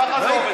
ככה זה עובד?